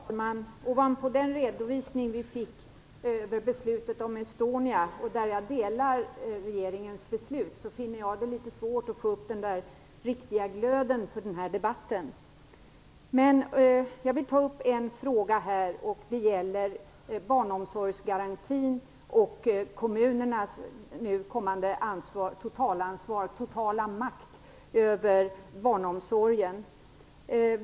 Fru talman! Ovanpå den redovisning vi fick över beslutet om Estonia - jag delar regeringens uppfattning - finner jag det litet svårt att få upp den riktiga glöden för den här debatten. Men jag vill ta upp en fråga. Den gäller barnomsorgsgarantin och kommunernas kommande totalansvar och totala makt över barnomsorgen.